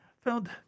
found